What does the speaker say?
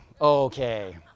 okay